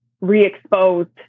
re-exposed